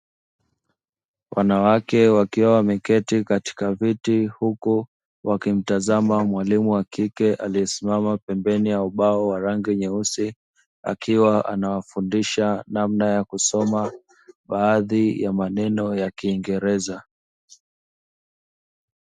Wanawake wakiwa wameketi katika viti, huku wakimtazama mwalimu wa kike aliyesimama pembeni ya ubao wa rangi nyeusi. Akiwa anawafundisha namna ya kusoma baadhi ya maneno ya kiingereza.